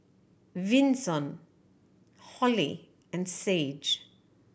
Vinson Holli and Sage